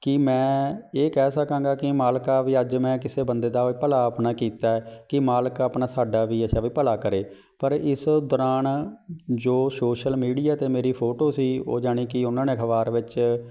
ਕੀ ਮੈਂ ਇਹ ਕਹਿ ਸਕਾਂਗਾ ਕਿ ਮਾਲਕਾ ਵੀ ਅੱਜ ਮੈਂ ਕਿਸੇ ਬੰਦੇ ਦਾ ਭਲਾ ਆਪਣਾ ਕੀਤਾ ਕਿ ਮਾਲਕ ਆਪਣਾ ਸਾਡਾ ਵੀ ਅਛਾ ਵੀ ਭਲਾ ਕਰੇ ਪਰ ਇਸ ਦੌਰਾਨ ਜੋ ਸੋਸ਼ਲ ਮੀਡੀਆ 'ਤੇ ਮੇਰੀ ਫੋਟੋ ਸੀ ਉਹ ਜਾਣੀ ਕਿ ਉਹਨਾਂ ਨੇ ਅਖਬਾਰ ਵਿੱਚ